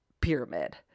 pyramid